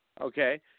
okay